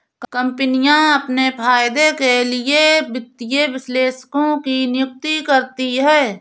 कम्पनियाँ अपने फायदे के लिए वित्तीय विश्लेषकों की नियुक्ति करती हैं